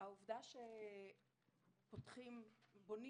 העובדה שבונים